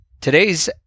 Today's